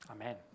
amen